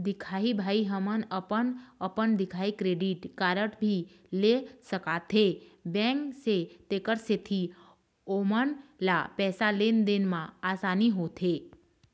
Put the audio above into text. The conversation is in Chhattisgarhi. दिखाही भाई हमन अपन अपन दिखाही क्रेडिट कारड भी ले सकाथे बैंक से तेकर सेंथी ओमन ला पैसा लेन देन मा आसानी होथे?